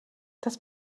das